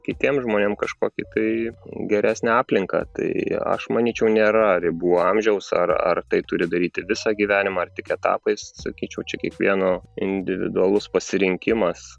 kitiem žmonėm kažkokį tai geresnę aplinką tai aš manyčiau nėra ribų amžiaus ar ar tai turi daryti visą gyvenimą ar tik etapais sakyčiau čia kiekvieno individualus pasirinkimas